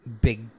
big